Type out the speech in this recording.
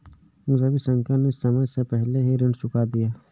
रविशंकर ने समय से पहले ही ऋण चुका दिया